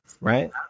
right